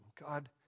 God